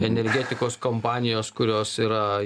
energetikos kompanijos kurios yra